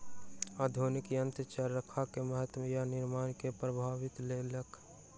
आधुनिक यंत्र चरखा के महत्त्व आ निर्माण के प्रभावित केलक